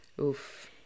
Oof